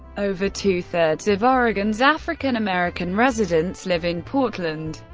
over two thirds of oregon's african-american residents live in portland.